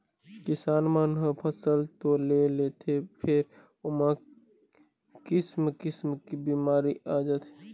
किसान मन ह फसल तो ले लेथे फेर ओमा किसम किसम के बिमारी आ जाथे